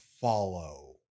follow